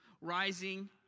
rising